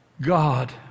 God